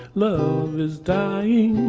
love is dying